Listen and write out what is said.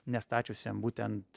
nestačiusiam būtent